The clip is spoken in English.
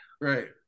Right